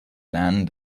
lernen